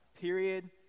Period